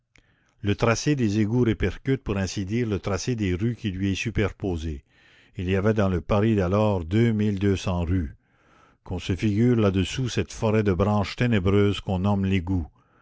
le tracé des égouts répercute pour ainsi dire le tracé des rues qui lui est superposé il y avait dans le paris d'alors deux mille deux cents rues qu'on se figure là-dessous cette forêt de branches ténébreuses qu'on nomme l'égout